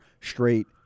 straight